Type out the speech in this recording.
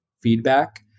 feedback